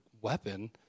weapon